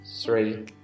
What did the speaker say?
three